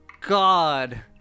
god